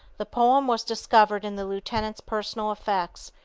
the poem was discovered in the lieutenant's personal effects,